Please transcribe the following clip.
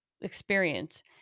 experience